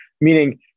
Meaning